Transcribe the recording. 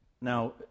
Now